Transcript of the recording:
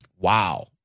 Wow